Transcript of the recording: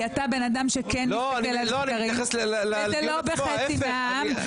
כי אתה בן אדם שכן מסתכל על סקרים וזה לא בחצי מהעם,